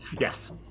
Yes